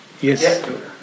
Yes